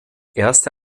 erste